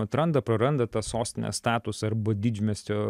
atranda praranda tą sostinės statusą arba didmiesčio